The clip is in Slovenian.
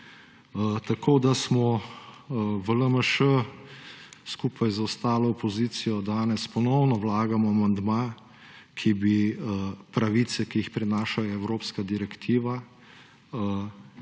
Tako v LMŠ skupaj z ostalo opozicijo ponovno vlagamo amandma, da bi teh pravic, ki jih prinaša evropska direktiva,